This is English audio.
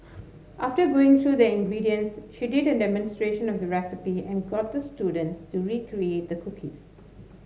after going through the ingredients she did a demonstration of the recipe and got the students to recreate the cookies